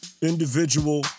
individual